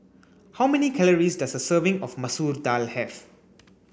how many calories does a serving of Masoor Dal have